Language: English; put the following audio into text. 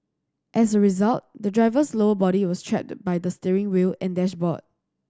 as a result the driver's lower body was trapped by the steering wheel and dashboard